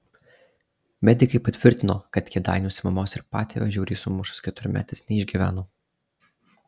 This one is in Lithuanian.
medikai patvirtino kad kėdainiuose mamos ir patėvio žiauriai sumuštas keturmetis neišgyveno